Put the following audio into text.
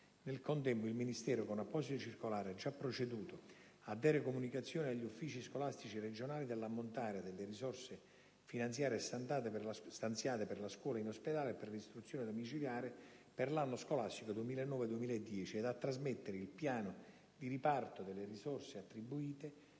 Nel contempo il Ministero, con apposita circolare, ha già proceduto a dare comunicazione agli Uffici scolastici regionali dell'ammontare delle risorse finanziarie stanziate per la scuola in ospedale e per l'istruzione domiciliare per l'anno scolastico 2009-2010 ed a trasmettere il piano di riparto delle risorse attribuite,